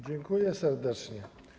Dziękuję serdecznie.